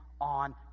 on